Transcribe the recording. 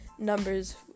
numbers